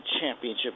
championship